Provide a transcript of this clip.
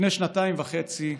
לפני שנתיים וחצי,